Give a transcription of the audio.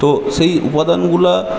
তো সেই উপাদানগুলো